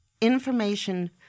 information